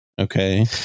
Okay